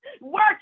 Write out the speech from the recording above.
work